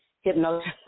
hypnosis